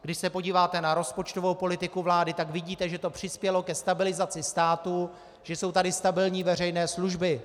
Když se podíváte na rozpočtovou politiku vlády, tak vidíte, že to přispělo ke stabilizaci státu, že jsou tady stabilní veřejné služby.